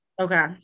Okay